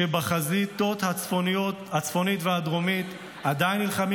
ובחזיתות הצפונית והדרומית עדיין נלחמים